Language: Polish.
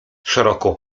szeroko